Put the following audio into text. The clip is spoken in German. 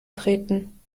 treten